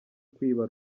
kwiba